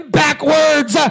backwards